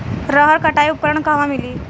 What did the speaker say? रहर कटाई उपकरण कहवा मिली?